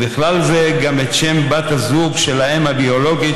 ובכלל זה גם את שם בת הזוג של האם הביולוגית